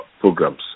programs